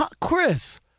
Chris